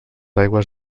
aigües